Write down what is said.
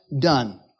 done